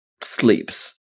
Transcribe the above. sleeps